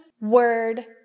word